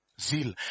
Zeal